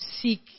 seek